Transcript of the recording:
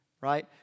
Right